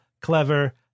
clever